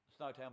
Snowtown